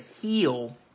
heal